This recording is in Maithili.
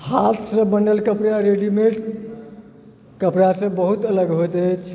हाथसँ बनल कपड़ा रेडीमेड कपड़ासँ बहुत अलग होइत अछि